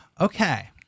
okay